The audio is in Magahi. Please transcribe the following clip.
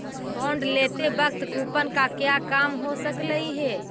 बॉन्ड लेते वक्त कूपन का क्या काम हो सकलई हे